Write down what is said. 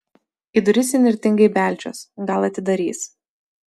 į duris įnirtingai beldžiuos gal atidarys